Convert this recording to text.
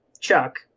Chuck